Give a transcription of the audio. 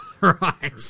Right